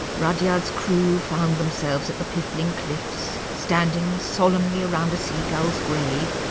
rudyard's crew found themselves at the piffling cliffs standing solemnly around a seagull's grave,